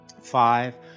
Five